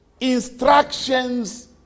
instructions